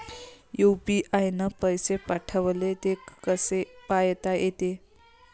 UPI न पैसे पाठवले, ते कसे पायता येते?